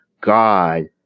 God